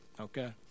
okay